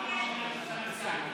מה אומר אוסאמה סעדי.